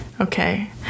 Okay